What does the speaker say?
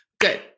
Good